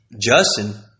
Justin